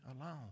alone